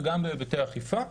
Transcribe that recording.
וגם בהיבטי אכיפה.